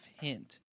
hint